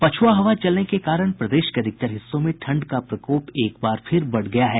पछ्आ हवा चलने के कारण प्रदेश के अधिकतर हिस्सों में ठंड का प्रकोप एक बार फिर बढ़ गया है